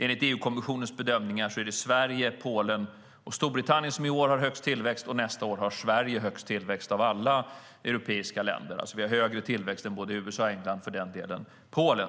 Enligt EU-kommissionens bedömningar är det Sverige, Polen och Storbritannien som i år har högst tillväxt, och nästa år har Sverige högst tillväxt av alla europeiska länder, det vill säga högre tillväxt än USA och England och för den delen Polen,